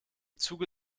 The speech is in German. zuge